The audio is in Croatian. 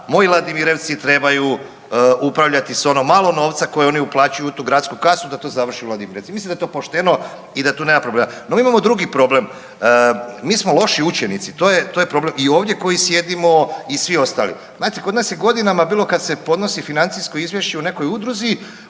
moji Ladimirevci trebaju upravljati s ono malo novca koji oni uplaćuju u tu gradsku kasu da to završi u Ladimirevcima, mislim da je to pošteno i da tu nema problema. No imamo drugi problem, mi smo loši učenici to je problem i ovdje koji sjedimo i svi ostali. Znate kod nas je godinama bilo kad se podnosi financijsko izvješće u nekoj udruzi